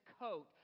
coat